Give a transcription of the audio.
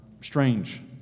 strange